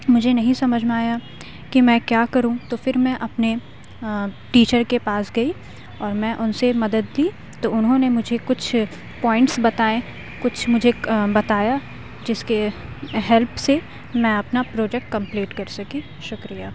مجھے نہیں سمجھ میں آیا کہ میں کیا کروں تو پھر میں اپنے ٹیچر کے پاس گئی اور میں ان سے مدد لی تو انہوں نے مجھے کچھ پوائنٹس بتائے کچھ مجھے بتایا جس کے ہیلپ سے میں اپنا پروجیکٹ کمپلیٹ کر سکی شکریہ